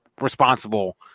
responsible